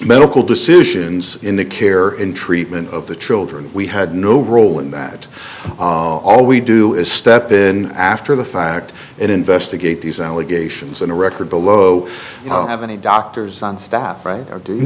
medical decisions in the care and treatment of the children we had no role in that all we do is step in after the fact and investigate these allegations in a record below have any doctors on staff